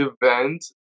event